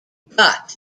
but